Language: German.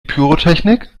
pyrotechnik